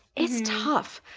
it's tough.